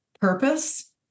Purpose